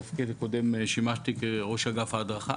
בתפקיד הקודם שימשתי כראש אגף ההדרכה,